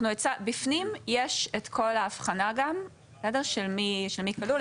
בפנים יש את כל האבחנה של מי כלול.